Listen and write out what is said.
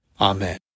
Amen